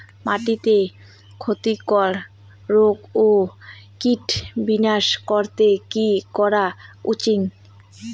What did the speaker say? মাটিতে ক্ষতি কর রোগ ও কীট বিনাশ করতে কি করা উচিৎ?